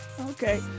okay